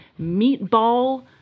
meatball